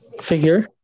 figure